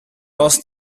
das